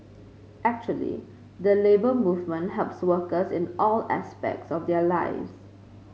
actually the Labour Movement helps workers in all aspects of their lives